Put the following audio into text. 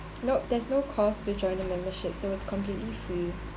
nope there's no cost to join the membership so it's completely free